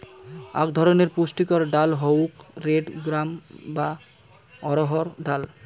আক ধরণের পুষ্টিকর ডাল হউক রেড গ্রাম বা অড়হর ডাল